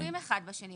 הם קשורים אחד בשני,